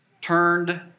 turned